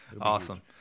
Awesome